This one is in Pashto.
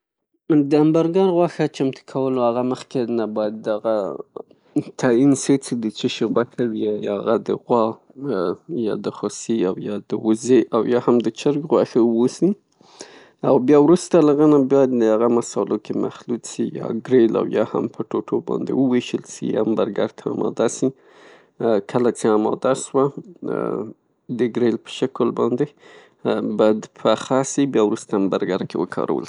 د همبرګر غوښې د جوړولو نه مخکې باید تعین سي چې د چیښي غوښه يې، هغه د غوا یا د خوسي او یا د وزې او یا هم د چرګ غوښه اوسي، او بیا وروسته دهغه نه په مسالو کې مخلوط سي ، په ګریل او یا هم په ټوټو باندې وویشل سي، او برګر ته اماده سي، کله څې اماده سوه د ګریل په شکل باندې پخه سي او بیا وروسته همبرګر وکارول.